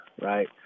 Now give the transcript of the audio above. right